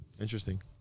Interesting